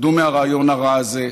תרדו מהרעיון הרע הזה.